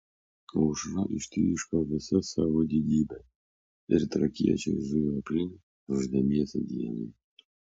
aušra ištryško visa savo didybe ir trakiečiai zujo aplink ruošdamiesi dienai